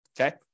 Okay